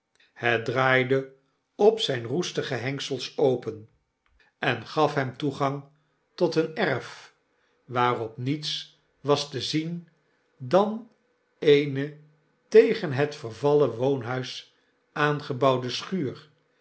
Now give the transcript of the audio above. het draaide op zyne roestige hengsels open en gaf hem toegang tot een erf waarop riiets was te zien dan eene tegen het vervallen woonhuis aangebouwde schuur